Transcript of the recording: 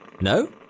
No